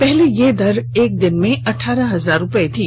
पहले यह दर एक दिन में अठारह हजार रूपये थी